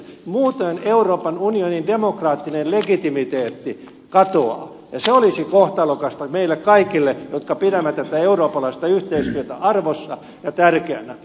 muuten euroopan unionin demokraattinen legitimiteetti katoaa ja se olisi kohtalokasta meille kaikille jotka pidämme tätä eurooppalaista yhteistyötä arvossa ja tärkeänä